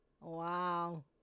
Wow